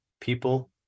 people